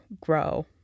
grow